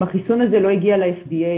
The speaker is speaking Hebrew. אם החיסון הזה לא הגיע ל-FDA,